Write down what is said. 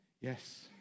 Yes